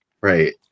right